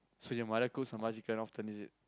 so your mother cooks sambal chicken often is it